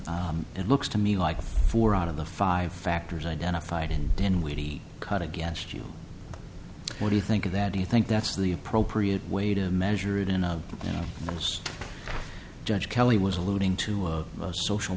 and looks to me like four out of the five factors identified and then we cut against you what do you think of that do you think that's the appropriate way to measure it in a you know us judge kelly was alluding to most social